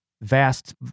vast